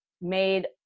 made